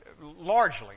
largely